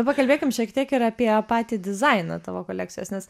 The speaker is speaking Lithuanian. pakalbėkim šiek tiek ir apie patį dizainą tavo kolekcijos nes